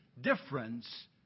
difference